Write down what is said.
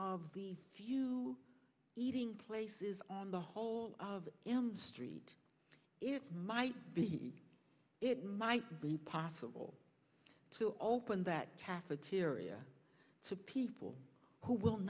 of the few eating places on the whole of saint if might be it might be possible to open that cafeteria to people who will